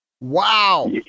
Wow